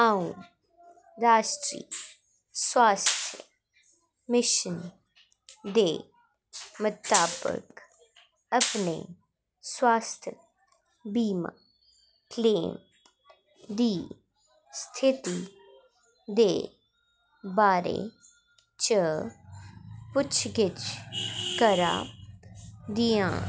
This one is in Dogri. आओ राश्ट्री स्वास्थ मिशन दे मताबक अपने स्वास्थ बीमा क्लेम दी स्थिति दे बारे च पुच्छ गिच्छ करा दियां